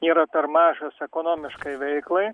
yra per mažas ekonomiškai veiklai